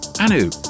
Anu